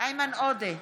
איימן עודה,